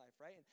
right